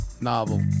Novel